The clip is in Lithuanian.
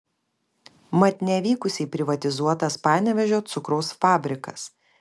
mat nevykusiai privatizuotas panevėžio cukraus fabrikas